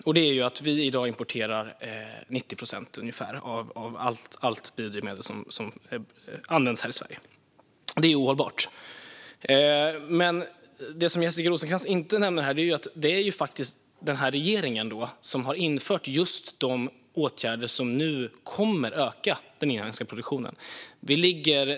Vi importerar i dag ungefär 90 procent av allt biodrivmedel som används här i Sverige. Det är ohållbart. Det som Jessica Rosencrantz inte nämner är att det är den här regeringen som har vidtagit de åtgärder som nu kommer att öka den inhemska produktionen.